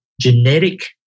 genetic